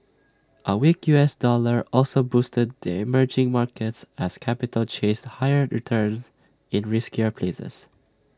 A weak U S dollar also boosted the emerging markets as capital chased higher returns in riskier places